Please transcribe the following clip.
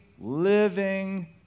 living